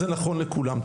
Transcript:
זה נכון לכולם.